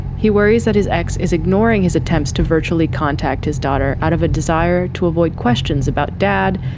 he worries that his ex is ignoring his attempts to virtually contact his daughter out of a desire to avoid questions about dad.